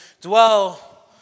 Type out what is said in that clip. dwell